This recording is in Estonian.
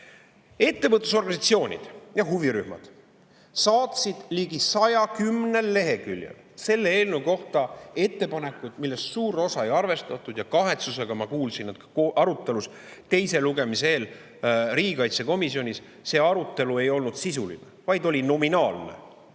Ettevõtlusorganisatsioonid ja huvirühmad saatsid ligi 110 leheküljel selle eelnõu kohta ettepanekuid, millest suurt osa ei arvestatud. Ja kahetsusega ma kuulsin arutelust teise lugemise eel riigikaitsekomisjonis: see arutelu ei olnud sisuline, vaid oli nominaalne.